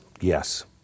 Yes